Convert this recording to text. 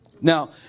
Now